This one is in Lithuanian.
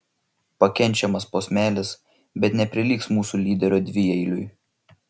pakenčiamas posmelis bet neprilygs mūsų lyderio dvieiliui